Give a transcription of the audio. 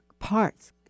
parts